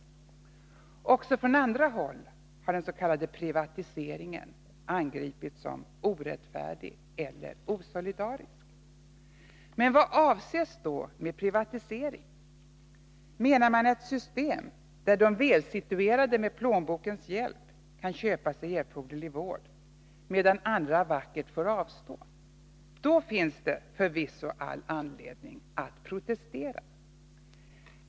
Också från andra håll har den s.k. privatiseringen angripits som orättfärdig eller osolidarisk. Men vad avses då med ”privatisering”? Menar man ett system där de välsituerade med plånbokens hjälp kan köpa sig erforderlig vård, medan andra vackert får avstå? Då finns det förvisso all anledning att protestera.